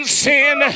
sin